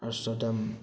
Amsterdam